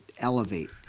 elevate